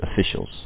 officials